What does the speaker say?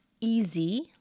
easy